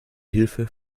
hilfe